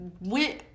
went